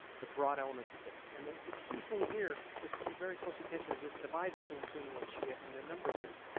the broad elements of this. and the the key thing here is to pay very close attention to this divide between sunni and shia and the numbers here.